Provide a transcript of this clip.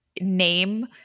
name